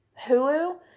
Hulu